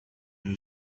who